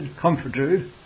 Comforter